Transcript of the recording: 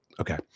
okay